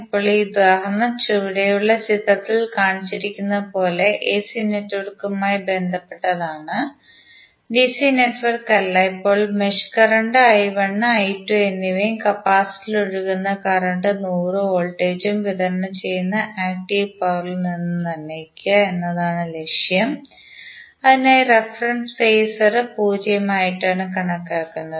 ഇപ്പോൾ ഈ ഉദാഹരണം ചുവടെയുള്ള ചിത്രത്തിൽ കാണിച്ചിരിക്കുന്നതുപോലെ എസി നെറ്റ്വർക്കുമായി ബന്ധപ്പെട്ടതാണ് ഡിസി നെറ്റ്വർക്കല്ല ഇപ്പോൾ മെഷ് കറന്റ് I1 I2 എന്നിവയും കപ്പാസിറ്ററിൽ ഒഴുകുന്ന കറന്റും 100 വോൾട്ടേജ് വിതരണം ചെയ്യുന്ന ആക്റ്റീവ് പവറും നിന്ന് നിർണ്ണയിക്കുക എന്നതാണ് ലക്ഷ്യം അതിനായി റഫറൻസ് ഫേസർ പൂജ്യം ആയിട്ടാണ് കണക്കാക്കുന്നത്